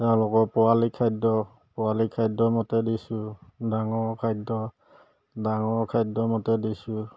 তেওঁলোকৰ পোৱালি খাদ্য পোৱালি খাদ্যমতে দিছোঁ ডাঙৰ খাদ্য ডাঙৰ খাদ্যমতে দিছোঁ